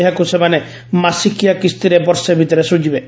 ଏହାକୁ ସେମାନେ ମାସିକିଆ କିସ୍ତିରେ ବର୍ଷେ ଭିତରେ ଶୁଝିବେ